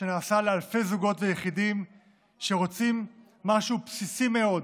שנעשה לאלפי זוגות ויחידים שרוצים משהו בסיסי מאוד: